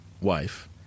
wife